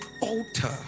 alter